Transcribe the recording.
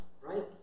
right